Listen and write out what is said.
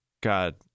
God